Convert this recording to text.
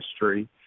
history